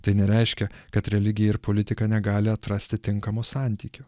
tai nereiškia kad religija ir politika negali atrasti tinkamo santykio